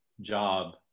job